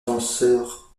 danseurs